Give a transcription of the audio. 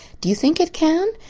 do you think it can?